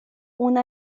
una